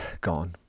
Gone